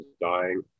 dying